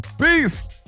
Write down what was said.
Peace